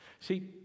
See